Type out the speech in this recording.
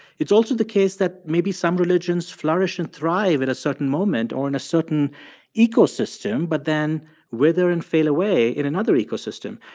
it's also the case that maybe some religions flourish and thrive at a certain moment or in a certain ecosystem but then wither and fail away in another ecosystem.